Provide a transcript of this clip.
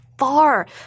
far